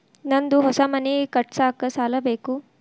ನಂದು ಹೊಸ ಮನಿ ಕಟ್ಸಾಕ್ ಸಾಲ ಬೇಕು